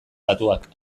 datuak